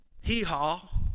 hee-haw